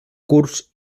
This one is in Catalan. curs